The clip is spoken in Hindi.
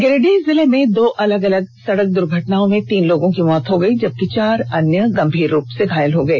गिरिडीह जिले में दो अलग अलग सड़क दुर्घटना में तीन लोगों की मौत हो गई जबकि चार अन्य गंभीर रूप से घायल हो गए